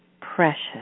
precious